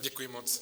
Děkuji moc.